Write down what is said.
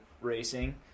racing